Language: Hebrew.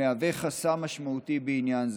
המהווה חסם משמעותי בעניין זה.